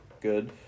good